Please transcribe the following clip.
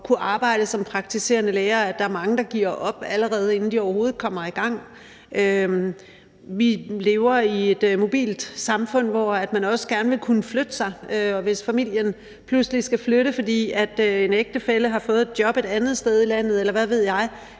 at kunne arbejde som praktiserende læge, at der er mange, der giver op, allerede inden de overhovedet kommer i gang. Vi lever i et mobilt samfund, hvor man også gerne vil kunne flytte sig, og hvis familien pludselig skal flytte, fordi en ægtefælle har fået et job et andet sted i landet, eller hvad ved jeg,